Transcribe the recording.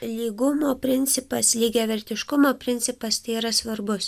lygumo principas lygiavertiškumo principas tai yra svarbus